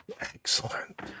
Excellent